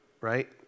right